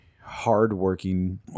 hardworking